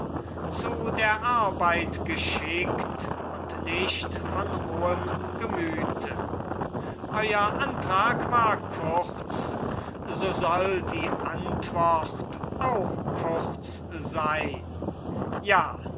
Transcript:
zu der arbeit geschickt und nicht von rohem gemüte euer antrag war kurz so soll die antwort auch kurz sein ja